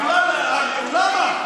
למה?